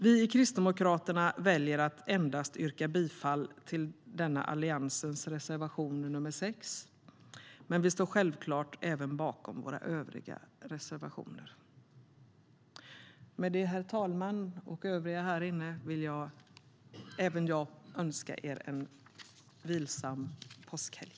Vi i Kristdemokraterna väljer att yrka bifall endast till denna Alliansens reservation nr 6, men vi står självklart även bakom våra övriga reservationer. Med detta, herr talman och övriga här inne, vill även jag önska er en vilsam påskhelg.